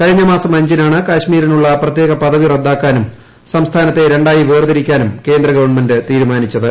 കഴിഞ്ഞ മാസം അഞ്ചിനാണ് കശ്മീരിനുള്ള പ്രത്യേക പദവി റദ്ദാക്കാനും സംസ്ഥാനത്തെ രണ്ടായി വേർതിരിക്കാനും കേന്ദ്ര ഗവൺമെന്റ് തീരുമാനിച്ചത്